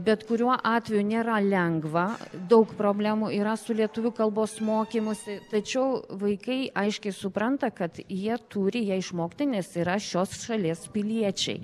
bet kuriuo atveju nėra lengva daug problemų yra su lietuvių kalbos mokymusi tačiau vaikai aiškiai supranta kad jie turi ją išmokti nes yra šios šalies piliečiai